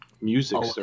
Music